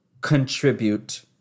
contribute